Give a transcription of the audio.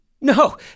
No